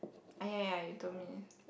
ah ya ya you told me